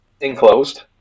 Enclosed